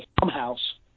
farmhouse